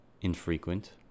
infrequent